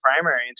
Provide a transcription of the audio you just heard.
primary